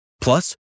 Plus